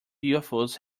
ufos